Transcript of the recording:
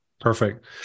perfect